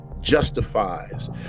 justifies